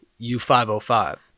U505